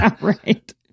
Right